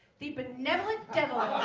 the benevolent deadline